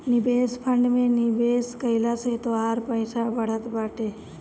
निवेश फंड में निवेश कइला से तोहार पईसा बढ़त बाटे